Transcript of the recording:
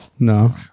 No